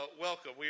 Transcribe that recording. welcome